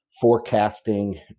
forecasting